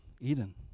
Eden